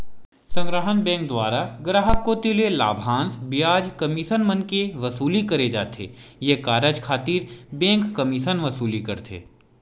संग्रहन बेंक दुवारा गराहक कोती ले लाभांस, बियाज, कमीसन मन के वसूली करे जाथे ये कारज खातिर बेंक कमीसन वसूल करथे